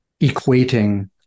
equating